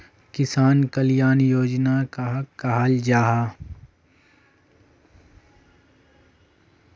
किसान कल्याण योजना कहाक कहाल जाहा जाहा?